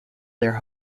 their